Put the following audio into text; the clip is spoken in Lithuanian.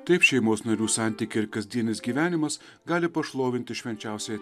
taip šeimos narių santykiai ir kasdienis gyvenimas gali pašlovinti švenčiausiąją